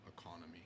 economy